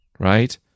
Right